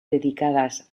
dedicadas